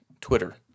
Twitter